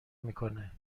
میکنه